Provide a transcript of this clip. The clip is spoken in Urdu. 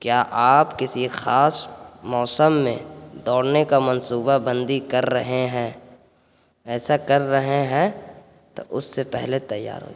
کیا آپ کسی خاص موسم میں دوڑنے کا منصوبہ بندی کر رہے ہیں ایسا کر رہے ہیں تو اس سے پہلے تیار